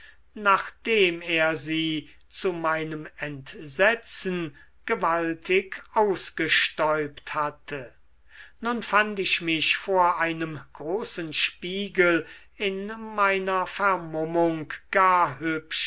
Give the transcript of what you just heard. nachdem er sie zu meinem entsetzen gewaltig ausgestäubt hatte nun fand ich mich vor einem großen spiegel in meiner vermummung gar